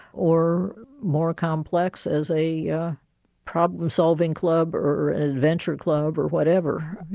or more complex as a problem-solving club, or or and adventure club or whatever.